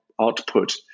output